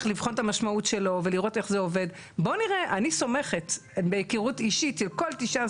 אלא מישהו, שאפשר להגיד, שכופים